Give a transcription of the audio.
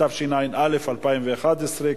התשע"א 2011,